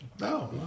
No